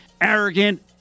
arrogant